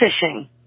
fishing